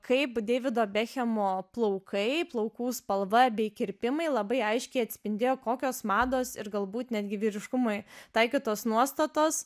kaip deivido bekhemo plaukai plaukų spalva bei kirpimai labai aiškiai atspindėjo kokios mados ir galbūt netgi vyriškumui taikytos nuostatos